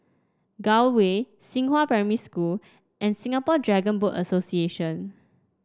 Gul Way Xinghua Primary School and Singapore Dragon Boat Association